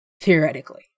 theoretically